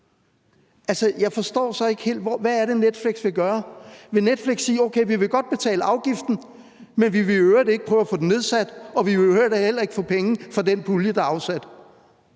Jeg forstår så ikke helt, hvad det er, Netflix vil gøre. Vil Netflix sige: Okay, vi vil godt betale afgiften, men vi vil i øvrigt ikke prøve at få den nedsat, og vi vil i øvrigt heller ikke ansøge om penge fra den pulje, der er afsat?